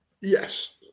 yes